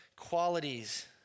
qualities